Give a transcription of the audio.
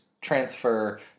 transfer